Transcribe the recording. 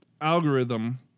algorithm